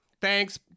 Thanks